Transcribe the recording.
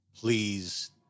please